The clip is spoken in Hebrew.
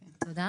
תודה.